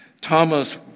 Thomas